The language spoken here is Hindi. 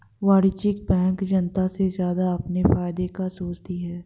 वाणिज्यिक बैंक जनता से ज्यादा अपने फायदे का सोचती है